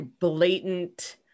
blatant